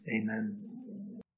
Amen